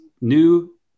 new